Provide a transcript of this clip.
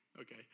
Okay